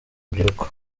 rubyiruko